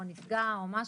נפגע או משהו,